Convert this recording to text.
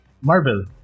Marvel